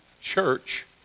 church